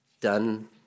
done